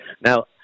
Now